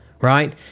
right